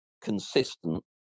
consistent